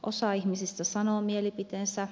osa ihmisistä sanoo mielipiteensä